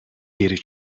geri